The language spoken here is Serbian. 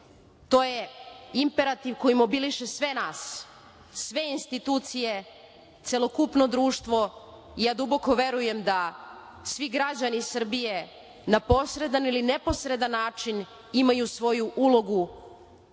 To je imperativ koji mobiliše sve nas, sve institucije, celokupno društvo. Duboko verujem da svi građani Srbije na posredan ili neposredan način imaju svoju ulogu